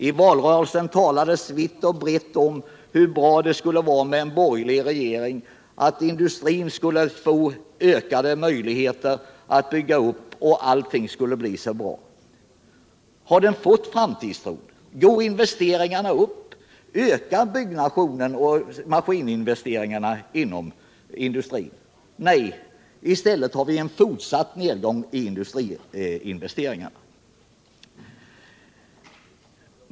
I valrörelsen talades det vitt och brett om hur bra det skulle vara med en borgerlig regering, att industrin skulle få ökade möjligheter att bygga upp, och allt skulle bli så bra. Har industrin fått framtidstro? Går investeringarna upp? Ökar byggnadsverksamheten, ökar maskininvesteringarna inom industrin? Nej, i stället har vi en fortsatt nedgång i industriinvesteringarna.